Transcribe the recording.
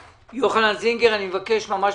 בבקשה,